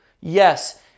Yes